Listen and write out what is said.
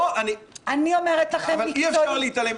איתן,